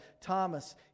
Thomas